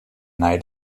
nei